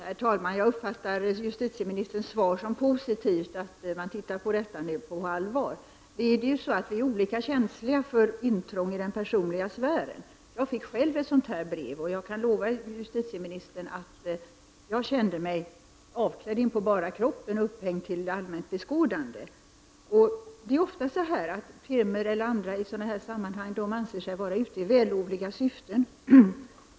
Herr talman! Jag uppfattar justieministerns svar som positivt, att man nu avser att titta på detta på allvar. Vi är olika känsliga för intrång i den personliga sfären. Jag fick själv ett sådant här brev, och jag kan lova justitieministern att jag kände mig avklädd in på bara kroppen och upphängd till allmänt beskådande. Firmor eller andra anser sig vara ute i vällovligt syfte i sådana här sammanhang.